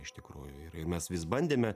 iš tikrųjų ir ir mes vis bandėme